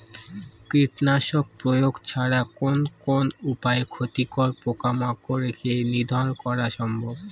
কীটনাশক প্রয়োগ ছাড়া কোন কোন উপায়ে ক্ষতিকর পোকামাকড় কে নিধন করা সম্ভব?